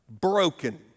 broken